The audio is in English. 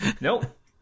Nope